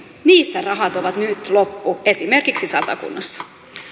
niissä rahat ovat nyt loppu esimerkiksi satakunnassa